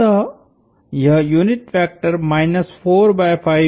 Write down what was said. अतः यह यूनिट वेक्टरहै